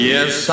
Yes